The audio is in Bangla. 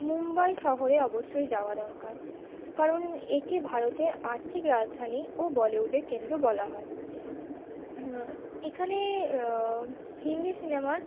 মুম্বই শহরে অবশ্যই যাওয়া দরকার কারণ একে ভারতের আর্থিক রাজধানী ও বলিউডের কেন্দ্র বলা হয় এখানে হিন্দি সিনেমার